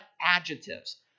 adjectives